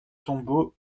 tombeau